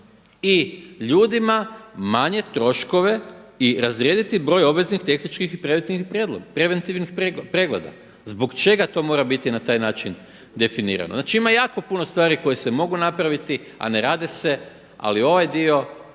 i ljudima manje troškove i razrijediti broj obveznih tehničkih i preventivnih pregleda. Zbog čega to mora biti na taj način definirano? Znači ima jako puno stvari koje se mogu napraviti, a ne rade se. Ali ovaj dio